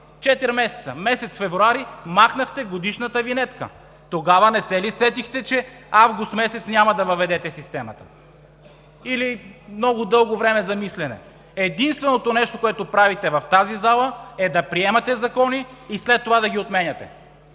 – през месец февруари, махнахте годишната винетка. Тогава не се ли сетихте, че август месец няма да въведете системата, или е много дълго време за мислене? Единственото нещо, което правите в тази зала, е да приемате закони и след това да ги отменяте.